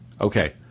Okay